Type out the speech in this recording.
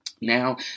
Now